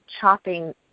chopping